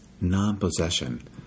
non-possession